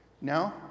No